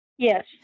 Yes